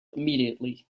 immediately